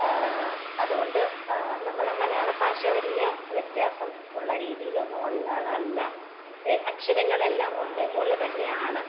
അതുകൊണ്ട് നമ്മുടെ മലയാള ഭാഷ വലിയ വ്യത്യാസം ഉള്ള രീതിയിലൊന്നും ഉള്ളതല്ല അക്ഷരങ്ങളെല്ലാം ഒന്നേപോലെ തന്നെയാണ്